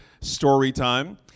Storytime